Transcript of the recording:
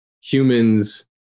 humans